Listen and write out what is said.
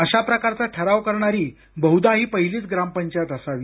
अशा प्रकारचा ठराव करणारी बह्धा ही पहिलीच ग्रामपंचायत असावी